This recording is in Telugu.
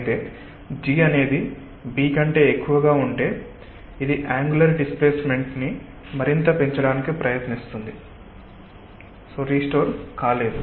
అయితే G అనేది B కంటే ఎక్కువగా ఉంటే ఇది అంగులర్ డిస్ప్లేస్మెంట్ ని మరింత పెంచడానికి ప్రయత్నించింది రీస్టోర్ కాలేదు